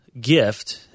gift